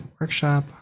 workshop